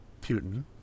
Putin